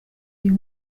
uyu